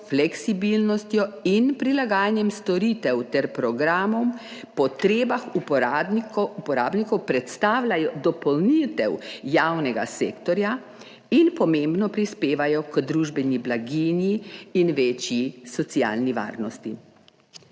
fleksibilnostjo in prilagajanjem storitev ter programom potrebam uporabnikov predstavljajo dopolnitev javnega sektorja in pomembno prispevajo k družbeni blaginji in večji socialni varnosti.